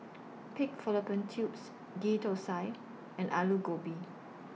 Pig Fallopian Tubes Ghee Thosai and Aloo Gobi